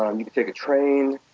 um you can take a train.